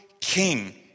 king